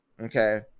Okay